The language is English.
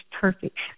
perfect